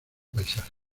paisajes